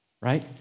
right